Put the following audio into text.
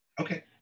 Okay